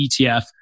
ETF